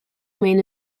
main